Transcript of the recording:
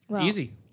Easy